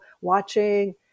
watching